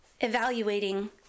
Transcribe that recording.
evaluating